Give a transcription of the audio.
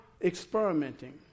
experimenting